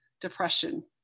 depression